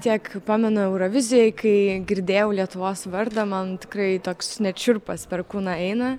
tiek pamenu eurovizijoj kai girdėjau lietuvos vardą man tikrai toks net šiurpas per kūną eina